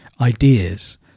ideas